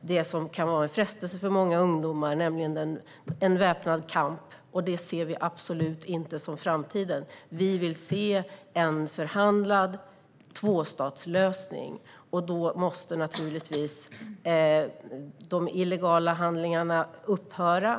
det som kan vara en frestelse för många ungdomar, nämligen en väpnad kamp, vilket vi absolut inte ser som framtiden. Vi vill se en förhandlad tvåstatslösning, och då måste naturligtvis de illegala handlingarna upphöra.